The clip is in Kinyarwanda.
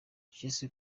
jessy